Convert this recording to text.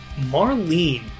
Marlene